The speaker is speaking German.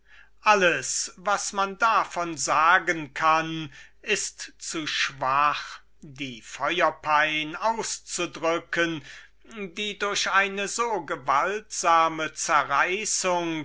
alles was man davon sagen kann ist zu schwach die pein auszudrücken die durch eine so gewaltsame zerreißung